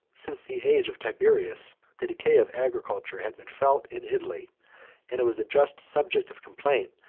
since the age of tiberius, the decay of agriculture had been felt in italy and it was a just subject of complaint,